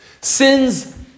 Sins